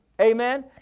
Amen